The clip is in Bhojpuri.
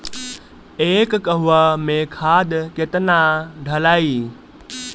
एक कहवा मे खाद केतना ढालाई?